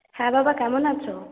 হ্যাঁ বাবা কেমন আছো